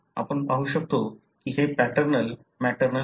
आपण पाहू शकतो की हे पॅटर्नल मॅटर्नल आहेत